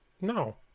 No